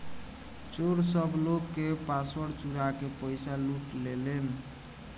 चोर सब लोग के पासवर्ड चुरा के पईसा लूट लेलेन